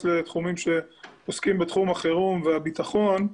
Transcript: לתחומים שעוסקים בתחום החירום והביטחון.